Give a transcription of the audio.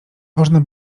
można